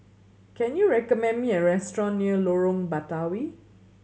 can you recommend me a restaurant near Lorong Batawi